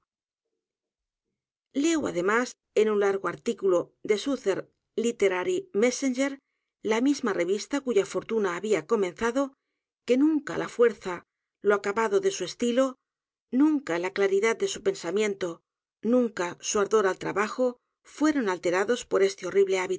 leo además en un largo artículo del southern litterary messenger la misma revista cuya fortuna había comenzado que nunca la fuerza lo acabado de su estilo n u n c a l a claridad de su pensamiento nunca su ardor al trabajo fueron alterados por este horrible